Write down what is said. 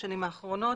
האחרונות.